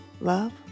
Love